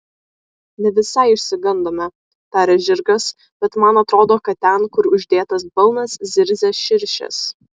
ne visai išsigandome tarė žirgas bet man atrodo kad ten kur uždėtas balnas zirzia širšės